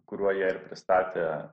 kuriuo jie ir pristatė